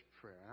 prayer